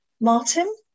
martin